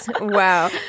Wow